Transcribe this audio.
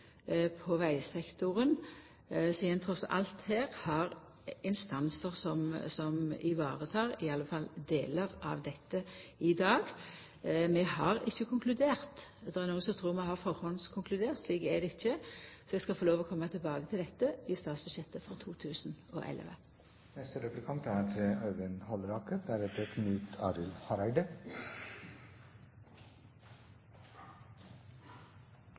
på vegsektoren, sidan ein trass alt her har instansar som varetek i alle fall delar av dette i dag. Vi har ikkje konkludert. Det er nokon som trur vi har førehandskonkludert, slik er det ikkje. Så eg skal få lov til å koma tilbake til dette i statsbudsjettet for 2011. Jeg vil også spørre om tilsynet, for det er